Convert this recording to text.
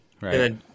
Right